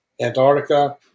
Antarctica